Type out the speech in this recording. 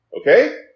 Okay